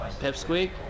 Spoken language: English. Pipsqueak